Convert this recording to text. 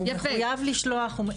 הוא חייב לשלוח,